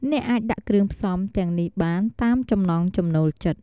អ្នកអាចដាក់គ្រឿងផ្សំទាំងនេះបានតាមចំណងចំណូលចិត្ត។